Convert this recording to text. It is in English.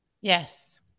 Yes